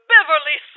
Beverly